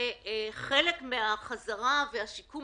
וחלק מהחזרה והשיקום